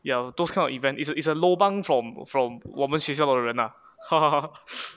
ya those kind of event is it's a lobang from from 我们学校的人 ah 哈哈哈